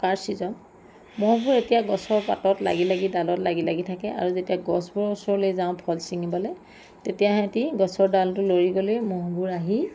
থকাৰ ছিজন মহবোৰ এতিয়া গছৰ পাতত লাগি লাগি ডালত লাগি লাগি থাকে আৰু যেতিয়া গছবোৰৰ ওচৰলে যাওঁ ফল ছিঙিবলে তেতিয়া সিহঁতি গছৰ ডালটো লৰি গ'লেই মহবোৰ আহি